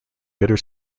bitter